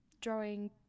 Drawing